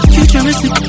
Futuristic